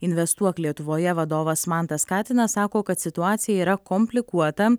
investuok lietuvoje vadovas mantas katinas sako kad situacija yra komplikuota